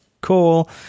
cool